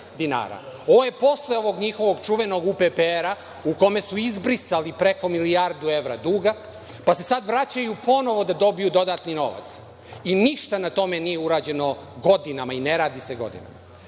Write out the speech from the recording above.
Ovo je posle ovog njihovog čuvenog „uppr“ u kome su izbrisali preko milijardu evra duga pa se sada vraćaju ponovo da dobiju dodatni novac i ništa na tome nije urađeno godinama i ne radi se godinama. Zatim,